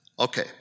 Okay